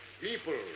people